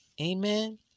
Amen